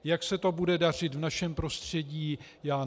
Jak se to bude dařit v našem prostředí, já nevím.